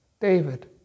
David